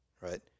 right